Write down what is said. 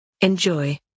Enjoy